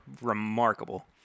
remarkable